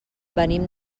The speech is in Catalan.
venim